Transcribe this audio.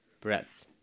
Breath